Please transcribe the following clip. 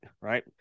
right